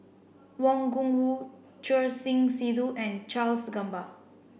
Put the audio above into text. Wang Gungwu Choor Singh Sidhu and Charles Gamba